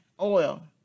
oil